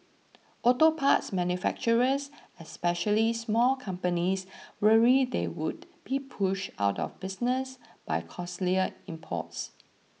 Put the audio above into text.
auto parts manufacturers especially small companies worry they would be pushed out of business by costlier imports